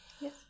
Yes